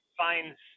finds